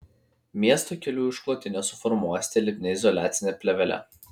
miesto kelių išklotinę suformuosite lipnia izoliacine plėvele